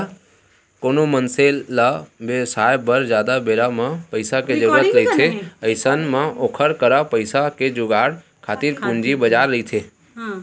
कोनो मनसे ल बेवसाय बर जादा बेरा बर पइसा के जरुरत रहिथे अइसन म ओखर करा पइसा के जुगाड़ खातिर पूंजी बजार रहिथे